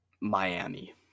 Miami